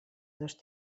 dos